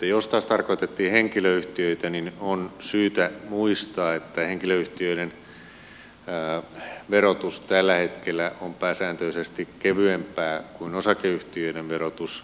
jos taas tarkoitettiin henkilöyhtiöitä niin on syytä muistaa että henkilöyhtiöiden verotus tällä hetkellä on pääsääntöisesti kevyempää kuin osakeyhtiöiden verotus